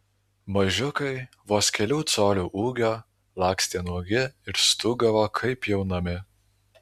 mažiukai vos kelių colių ūgio lakstė nuogi ir stūgavo kaip pjaunami